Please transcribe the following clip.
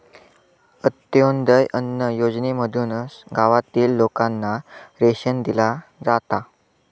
अंत्योदय अन्न योजनेमधसून गावातील लोकांना रेशन दिला जाता